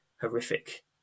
horrific